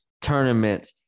Tournament